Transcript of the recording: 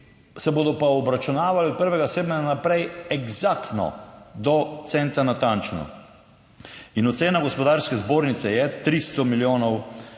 se bodo pa obračunavali od 1. 7. naprej, eksaktno, do centa natančno. In ocena Gospodarske zbornice je 300 milijonov